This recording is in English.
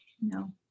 No